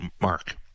mark